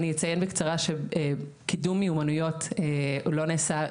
אני אציין בקצרה שקידום מיומנויות לא נעשה.